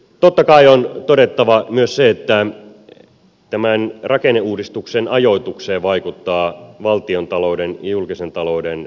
totta kai on todettava myös se että tämän rakenneuudistuksen ajoitukseen vaikuttavat valtiontalouden ja julkisen talouden säästötarpeet